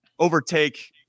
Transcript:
Overtake